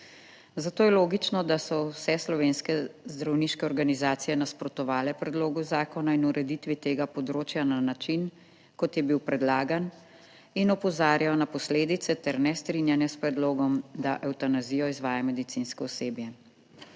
Zato je logično, da so vse slovenske zdravniške organizacije nasprotovale predlogu zakona in ureditvi tega področja na način, kot je bil predlagan, in opozarjajo na posledice ter nestrinjanje s predlogom, da evtanazijo izvaja medicinsko osebje.